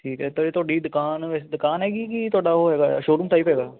ਠੀਕ ਹੈ ਅਤੇ ਤੁਹਾਡੀ ਦੁਕਾਨ ਵੈਸੇ ਦੁਕਾਨ ਹੈਗੀ ਕਿ ਤੁਹਾਡਾ ਉਹ ਹੈਗਾ ਆ ਸ਼ੋਰੂਮ ਟਾਈਪ ਹੈਗਾ